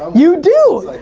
you do.